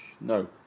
No